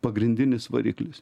pagrindinis variklis